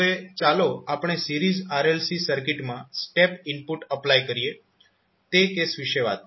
હવે ચાલો આપણે સીરીઝ RLC સર્કિટમાં સ્ટેપ ઇનપુટ એપ્લાય કરીએ તે કેસ વિશે વાત કરીએ